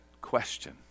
question